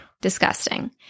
Disgusting